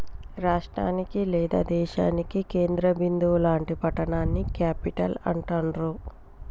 రాష్టానికి లేదా దేశానికి కేంద్ర బిందువు లాంటి పట్టణాన్ని క్యేపిటల్ అంటాండ్రు